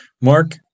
Mark